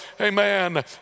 Amen